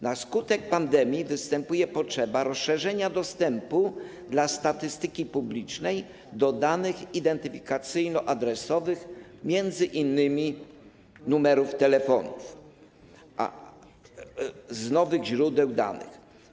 Na skutek pandemii występuje potrzeba rozszerzenia dostępu dla statystyki publicznej do danych identyfikacyjno-adresowych, m.in. numerów telefonów, z nowych źródeł danych.